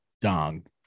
dong